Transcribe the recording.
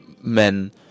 men